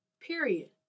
Period